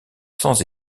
sans